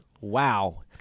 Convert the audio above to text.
wow